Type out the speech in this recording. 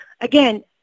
again